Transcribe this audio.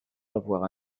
avoir